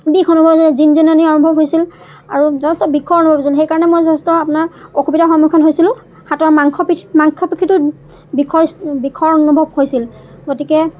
বিষ অনুভৱ হৈছিল জিনজিননি অনুভৱ হৈছিল আৰু যথেষ্ট বিষৰ অনুভৱ হৈছিল সেইকাৰণে মই যথেষ্ট আপোনাৰ অসুবিধাৰ সন্মুখীন হৈছিলোঁ হাতৰ মাংসপে মাংসপেশীটোত বিষয় বিষৰ অনুভৱ হৈছিল গতিকে